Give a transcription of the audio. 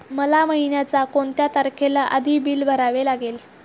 मला महिन्याचा कोणत्या तारखेच्या आधी बिल भरावे लागेल?